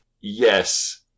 Yes